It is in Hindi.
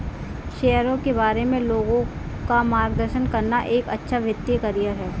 शेयरों के बारे में लोगों का मार्गदर्शन करना एक अच्छा वित्तीय करियर है